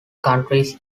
countries